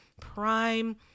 prime